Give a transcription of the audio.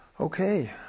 okay